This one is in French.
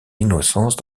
innocence